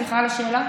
סליחה על השאלה?